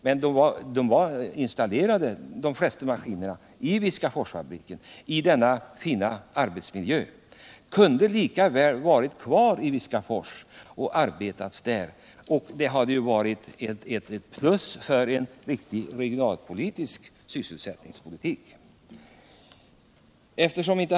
Men när maskinerna var installerade i Viskaforsfabriken, i denna fina arbetsmiljö, kunde de lika väl ha varit kvar i Viskafors och gjort tjänst där. Det hade ju varit ett plus för riktig regional sysselsättningspolitik.